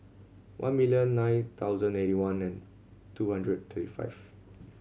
one million nine thousand eighty one and two hundred thirty five